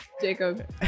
Jacob